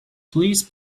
please